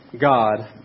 God